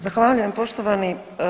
Zahvaljujem poštovani.